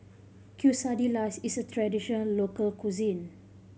quesadillas is a traditional local cuisine